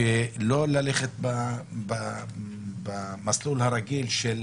שלא ללכת במסלול הרגיל של